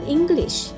English